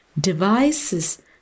devices